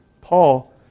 Paul